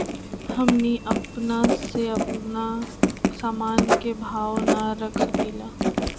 हमनी अपना से अपना सामन के भाव न रख सकींले?